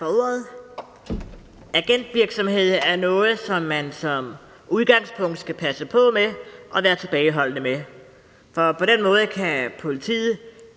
ordet. Agentvirksomhed er noget, som man som udgangspunkt skal passe på med og være tilbageholdende med. For på den måde kan politiet